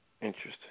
Interesting